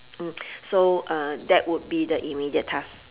mm so uh that would be the immediate task